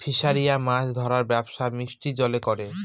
ফিসারিরা মাছ ধরার ব্যবসা মিষ্টি জলে করে